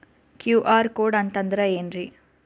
QR code ಅಂತಂದ್ರ ಏನ್ರೀ?